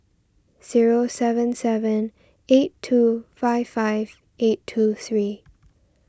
zero seven seven eight two five five eight two three